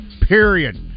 period